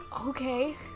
Okay